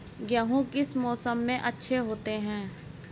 गेहूँ किस मौसम में अच्छे होते हैं?